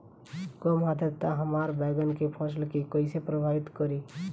कम आद्रता हमार बैगन के फसल के कइसे प्रभावित करी?